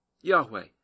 Yahweh